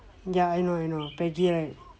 ya I know I know know peggy right